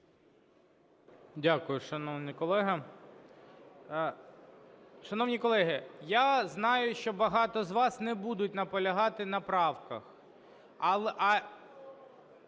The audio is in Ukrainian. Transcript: Дякую, шановний колего. Шановні колеги, я знаю, що багато з вас не будуть наполягати на правках.